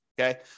Okay